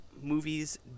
Movies